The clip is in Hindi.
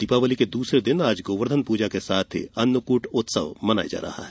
दीपावली के दूसरे दिन आज गोवर्धन पूजा के साथ ही अन्नकूट उत्सव मनाया जा रहा है